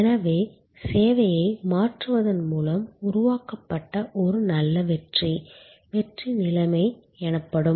எனவே சேவையை மாற்றுவதன் மூலம் உருவாக்கப்பட்ட ஒரு நல்ல வெற்றி வெற்றி நிலைமை எனப்படும்